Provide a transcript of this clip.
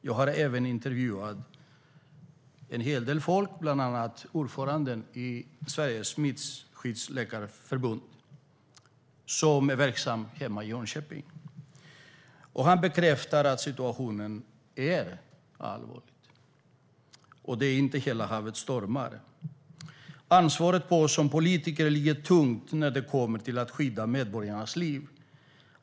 Jag har även intervjuat en hel del folk, bland annat ordföranden i Smittskyddsläkarföreningen, som är verksam hemma i Jönköping. Han bekräftar att situationen är allvarlig. Nej, det är inte fråga om "hela havet stormar". Ansvaret ligger tungt på oss som politiker när det kommer till att skydda medborgarnas liv.